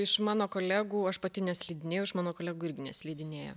iš mano kolegų aš pati neslidinėju iš mano kolegų irgi neslydinėja